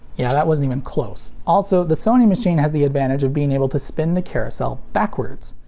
yeah that wasn't even close. also, the sony machine has the advantage of being able to spin the carousel backwards.